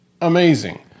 amazing